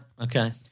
Okay